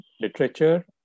literature